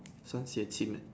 this one sibeh chim eh